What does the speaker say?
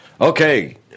Okay